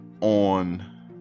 on